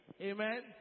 Amen